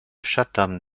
chatham